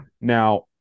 Now